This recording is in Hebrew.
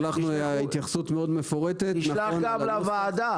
שלחנו התייחסות מאוד מפורטת לנוסח --- תשלח גם לוועדה.